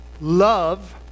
love